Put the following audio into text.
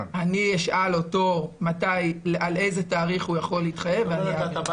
אשאל אותו על איזה תאריך הוא יכול להתחייב ואעביר לכם את התשובה.